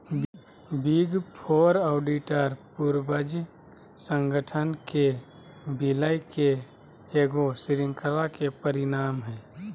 big four auditor पूर्वज संगठन के विलय के ईगो श्रृंखला के परिणाम हइ